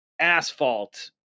asphalt